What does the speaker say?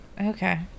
okay